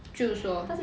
就是说